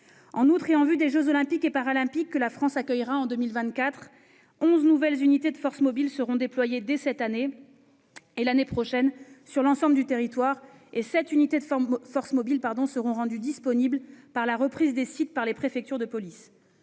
En outre, en vue des jeux Olympiques et Paralympiques que la France accueillera en 2024, onze nouvelles unités de forces mobiles (UFM) seront déployées cette année et l'année prochaine sur l'ensemble du territoire. Parallèlement, sept UFM seront rendues disponibles par la reprise des sites par les préfectures de police.